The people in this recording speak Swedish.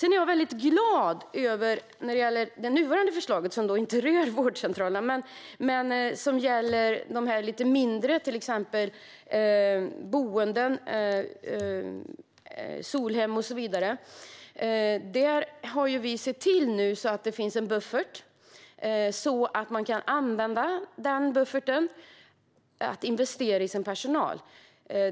När det gäller det nuvarande förslaget, som inte rör vårdcentraler men som till exempel gäller lite mindre boenden som Solhem och så vidare, är jag glad över att vi har sett till att det finns en buffert som kan användas för att investera i personalen.